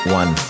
one